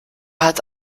hat